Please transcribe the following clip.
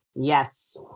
Yes